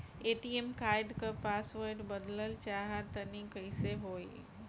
ATM card क password बदलल चाहा तानि कइसे होई?